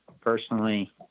personally